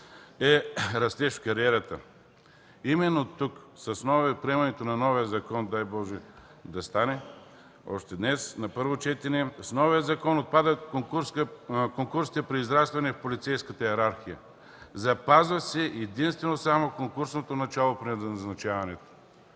е растеж в кариерата. Именно тук, с приемането на новия закон – дай Боже да стане още днес, на първо четене – отпадат конкурсите при израстване в полицейската йерархия. Запазва се единствено само конкурсното начало при назначаването.